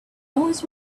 poems